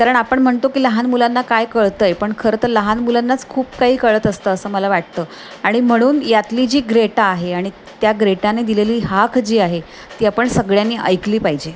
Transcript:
कारण आपण म्हणतो की लहान मुलांना काय कळतं आहे पण खरं तर लहान मुलांनाच खूप काही कळत असतं असं मला वाटतं आणि म्हणून यातली जी ग्रेटा आहे आणि त्या ग्रेटाने दिलेली हाक जी आहे ती आपण सगळ्यांनी ऐकली पाहिजे